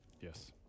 Yes